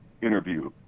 interview